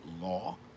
law